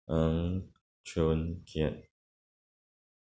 ng chun kiat